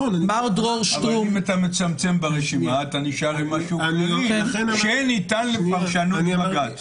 אם אתה מצמצם ברשימה אתה נשאר עם משהו כללי שניתן לפרשנות בג"ץ.